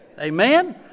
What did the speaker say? Amen